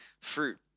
fruit